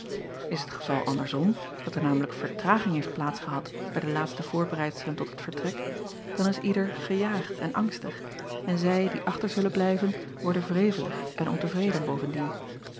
s het geval anders om dat er namelijk vertraging heeft plaats gehad bij de laatste voorbereidselen tot het vertrek dan is ieder gejaagd en angstig en zij die achter zullen blijven worden wrevelig en ontevreden bovendien